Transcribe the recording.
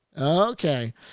Okay